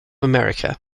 america